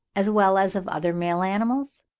as well as of other male animals?